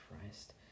Christ